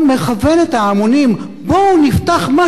נפתח משהו חדש שכמוהו עוד לא היה,